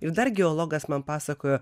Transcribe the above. ir dar geologas man pasakojo